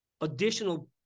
additional